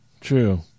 True